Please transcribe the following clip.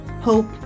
hope